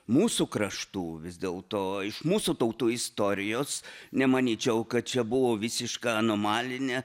mūsų kraštų vis dėl to iš mūsų tautų istorijos nemanyčiau kad čia buvo visiška anomalinė